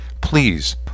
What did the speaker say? Please